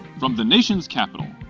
from the nation's capital,